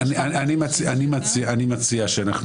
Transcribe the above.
אני מציע,